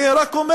אני רק אומר: